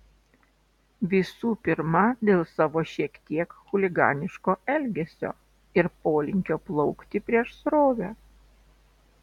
visų pirma dėl savo šiek tiek chuliganiško elgesio ir polinkio plaukti prieš srovę